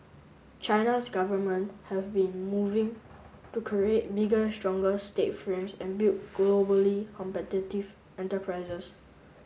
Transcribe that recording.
China's government have been moving to create bigger stronger state frames and build globally competitive enterprises